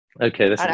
okay